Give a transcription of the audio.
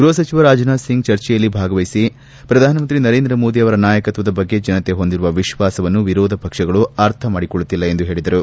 ಗ್ಬಹ ಸಚಿವ ರಾಜನಾಥ್ ಸಿಂಗ್ ಚರ್ಚೆಯಲ್ಲಿ ಭಾಗವಹಿಸಿ ಪ್ರಧಾನಮಂತ್ರಿ ನರೇಂದ್ರ ಮೋದಿ ಅವರ ನಾಯಕತ್ವದ ಬಗ್ಗೆ ಜನತೆ ಹೊಂದಿರುವ ವಿಶ್ವಾಸವನ್ನು ವಿರೋಧ ಪಕ್ಷಗಳು ಅರ್ಥ ಮಾಡಿಕೊಳ್ಳುತ್ತಿಲ್ಲ ಎಂದು ಹೇಳಿದರು